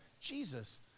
Jesus